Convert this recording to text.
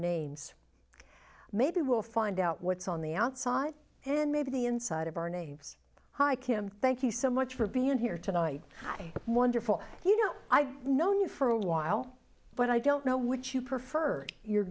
names maybe we'll find out what's on the outside and maybe the inside of our names hi kim thank you so much for being here tonight wonderful you know i've known you for a while but i don't know what you prefer you